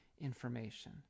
information